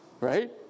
Right